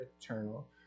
eternal